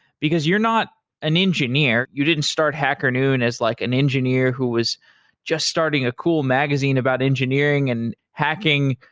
because you're not an engineer. you didn't start hacker noon as like an engineer who was just starting a cool magazine about engineering and hacking,